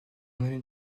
même